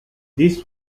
this